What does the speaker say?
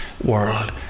world